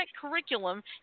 curriculum